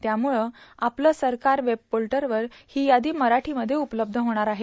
त्याम्रळं आपलं सरकार वेबपोर्टलवर ही यादी मराठीमध्ये उपलब्ध होणार आहे